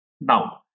Now